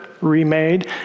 remade